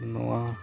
ᱱᱚᱣᱟ